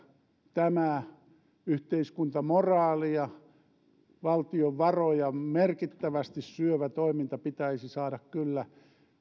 tämä yhteiskuntamoraalia ja valtion varoja merkittävästi syövä toiminta pitäisi saada kyllä